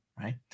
right